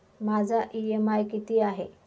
माझा इ.एम.आय किती आहे?